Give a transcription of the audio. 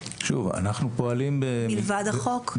מלבד החוק?